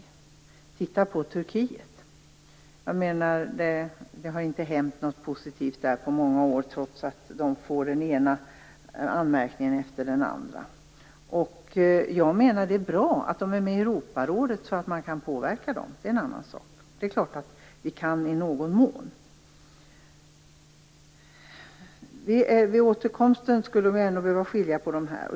Titta på Turkiet! Det har inte hänt något positivt där på många år, trots att Turkiet får den ena anmärkningen efter den andra. Jag menar att det är bra att landet är med i Europarådet, så att vi kan påverka dem. Det är en annan sak. Det är klart att vi i någon mån kan påverka dem. Vid återkomsten måste de ändå skilja på sig.